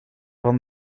van